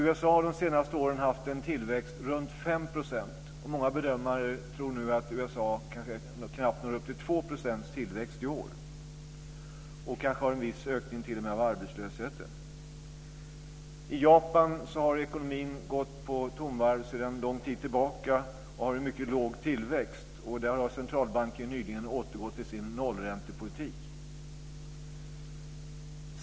USA har de senaste åren haft en tillväxt på runt 5 %, och många bedömare tror nu att USA knappt når upp till 2 % tillväxt i år och kanske t.o.m. får en viss ökning av arbetslösheten. I Japan har ekonomin gått på tomgång sedan lång tid tillbaka och man har en mycket låg tillväxt. Där har Centralbanken nyligen återgått till sin nollräntepolitik.